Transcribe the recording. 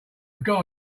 got